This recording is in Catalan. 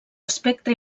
espectre